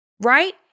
Right